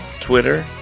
Twitter